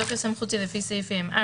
התשפ"ב 2021 בתוקף סמכותה לפי סעיפים 4,